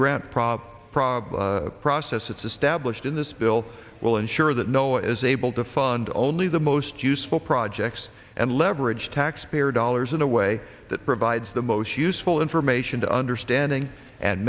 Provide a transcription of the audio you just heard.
grant problem process it's established in this bill will ensure that no is able to fund only the most useful projects and leverage taxpayer dollars in a way that provides the most useful information to understanding and